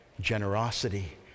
generosity